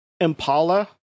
impala